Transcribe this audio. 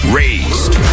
raised